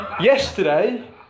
Yesterday